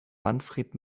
manfred